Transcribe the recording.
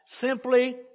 simply